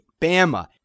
Bama